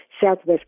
southwest